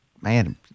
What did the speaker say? man